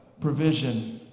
provision